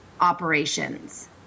operations